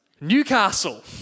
Newcastle